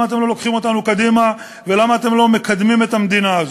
אתם לא לוקחים אותנו קדימה ולמה אתם לא מקדמים את המדינה הזו.